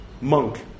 Monk